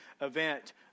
event